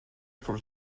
for